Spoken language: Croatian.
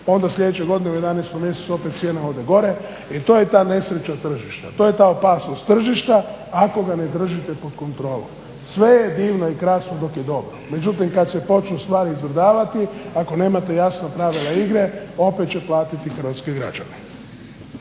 Onda sljedeće godine u 11 mjesecu opet cijena ode gore i to je ta nesreća tržišta. To je ta opasnost tržišta ako ga ne držite pod kontrolom. Sve je divno i krasno dok je dobro. Međutim, kad se počnu stvari … /Govornik se ne razumije./… ako nemate jasna pravila igre opet će platiti hrvatski građani.